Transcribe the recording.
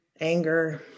anger